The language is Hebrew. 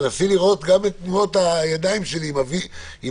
תנסי לראות גם את תנועות הידיים אם הרמקולים